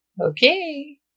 Okay